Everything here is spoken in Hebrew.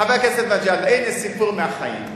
חבר הכנסת מג'אדלה, הנה סיפור מהחיים.